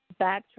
backtrack